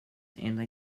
anti